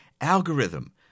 algorithm